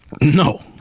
No